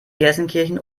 gelsenkirchen